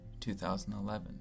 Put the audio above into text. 2011